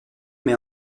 met